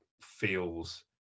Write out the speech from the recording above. feels